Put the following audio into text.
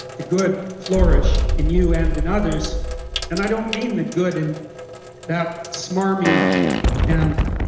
the good flourish in you and in others and i don't mean the good in that smarmy and